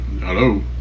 Hello